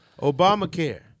Obamacare